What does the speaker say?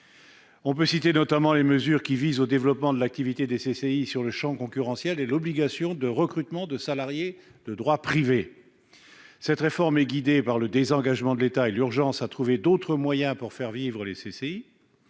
On peut citer, notamment, les mesures qui visent au développement de l'activité des CCI dans le champ concurrentiel et l'obligation de recrutement de salariés de droit privé. Cette réforme est guidée par le désengagement de l'État et l'urgente nécessité de trouver d'autres moyens pour faire vivre les CCI,